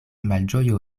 malĝojo